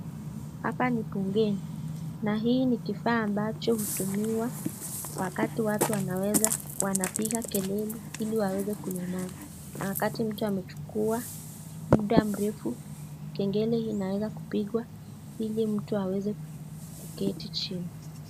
Hapa ni bungeni. Na hii ni kifaa ambacho hutumiwa wakati watu wanaweza wanapiga kelele, ili waweze kunyamaza na wakati mtu amechukua muda mrefu kengele hii inaweza kupigwa ili mtu aweze kuketi chini.